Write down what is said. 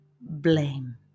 Blame